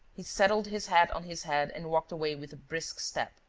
he settled his hat on his head and walked away with a brisk step,